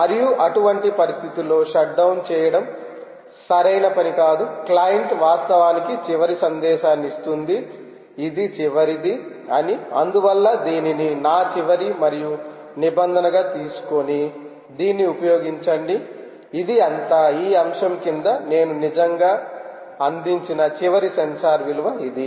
మరియు అటువంటి పరిస్థితులలో షట్ డౌన్ చేయడం సరైన పని కాదు క్లయింట్ వాస్తవానికి చివరి సందేశాన్ని ఇస్తుంధి ఇది చివరిది అని అందువల్ల దీనిని నా చివరి మరియు నిబంధనగా తీసుకుని దీన్ని ఉపయోగించండి ఇది అంతా ఈ అంశం కింద నేను నిజంగా అందించిన చివరి సెన్సార్ విలువ ఇది